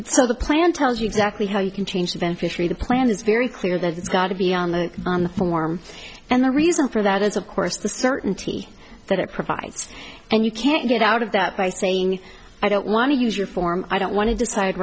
the plan tells you exactly how you can change the beneficiary the plan is very clear that it's got to be on the on the form and the reason for that is of course the certainty that it provides and you can't get out of that by saying i don't want to use your form i don't want to decide